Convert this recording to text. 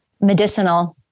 medicinal